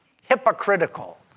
hypocritical